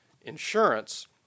insurance